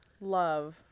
love